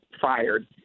fired